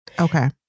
Okay